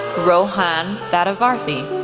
rohan thatavarthi,